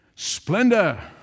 Splendor